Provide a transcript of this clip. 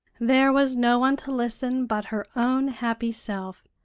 there was no one to listen but her own happy self,